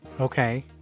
okay